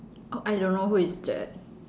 oh I don't know who is that